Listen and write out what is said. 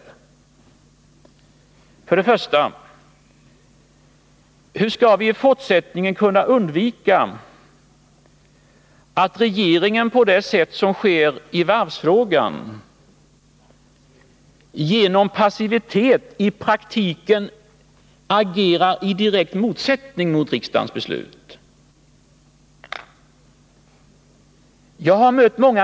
Den första frågan är: Hur skall vi i fortsättningen kunna undvika att regeringen, på det sätt som sker i varvsfrågan, genom passivitet i praktiken agerari direkt motsättning mot riksdagens beslut?